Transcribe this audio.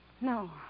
No